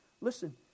Listen